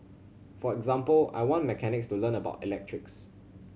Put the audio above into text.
for example I want mechanics to learn about electrics